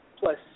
Plus